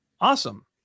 Awesome